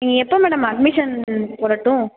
இனி எப்போ madam admission போடட்டும்